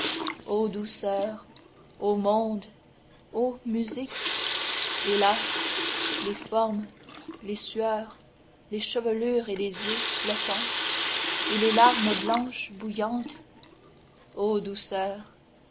o douceurs ô monde ô musique et là les formes les sueurs les chevelures et les yeux flottant et les larmes blanches bouillantes ô douceurs